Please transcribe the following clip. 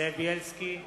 זאב בילסקי,